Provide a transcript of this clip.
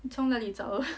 你从哪里找的